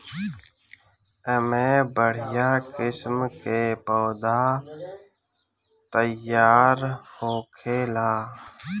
एमे बढ़िया किस्म के पौधा तईयार होखेला